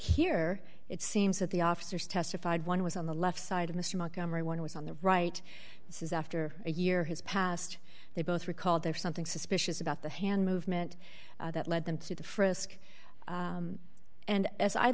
here it seems that the officers testified one was on the left side of mr montgomery one was on the right this is after a year has passed they both recalled there something suspicious about the hand movement that led them to the frisk and